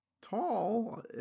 tall